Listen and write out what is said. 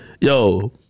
Yo